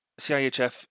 CIHF